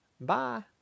Bye